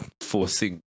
forcing